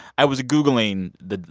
i was googling the,